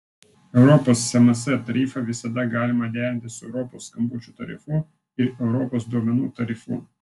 europos sms tarifą visada galima derinti su europos skambučių tarifu ir europos duomenų tarifu